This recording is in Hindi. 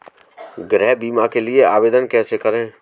गृह बीमा के लिए आवेदन कैसे करें?